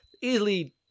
easily